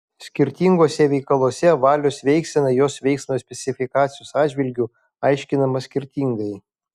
skirtinguose veikaluose valios veiksena jos veiksmo specifikacijos atžvilgiu aiškinama skirtingai